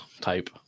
type